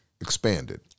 expanded